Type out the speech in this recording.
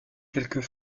quelques